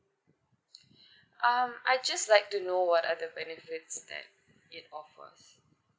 um I just like to know what are the benefits and it's offers